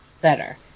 better